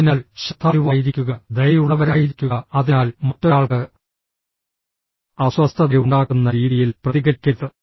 അതിനാൽ ശ്രദ്ധാലുവായിരിക്കുക ദയയുള്ളവരായിരിക്കുക അതിനാൽ മറ്റൊരാൾക്ക് അസ്വസ്ഥതയുണ്ടാക്കുന്ന രീതിയിൽ പ്രതികരിക്കരുത്